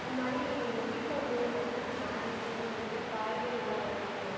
இது மாதிரி எங்கள் வீட்டில் வந்து எங்கள் அண்ணாவுக்கு மேரேஜி உங்கள்க் கிட்டே காய்கறி எல்லாம் வாங்கிக்கலாங்களா